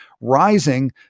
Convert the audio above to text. rising